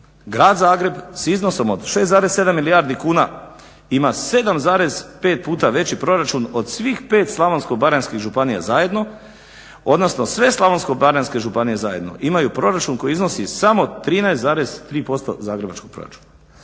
Grad Zagreb s iznosom od 6,7 milijardi kuna ima 7,5 puta veći proračun od svih 5 slavonsko-baranjskih županija zajedno odnosno sve slavonsko-baranjske županije zajedno imaju proračun koji iznosi samo 13,3% zagrebačkog proračuna.